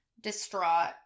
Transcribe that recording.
distraught